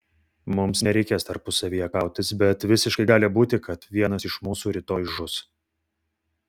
mums nereikės tarpusavyje kautis bet visiškai gali būti kad vienas iš mūsų rytoj žus